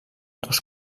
dos